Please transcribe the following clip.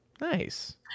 Nice